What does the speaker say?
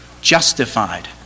justified